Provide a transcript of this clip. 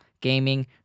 gaming